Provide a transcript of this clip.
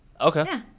Okay